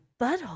butthole